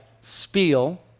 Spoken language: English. spiel